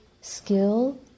skill